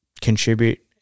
contribute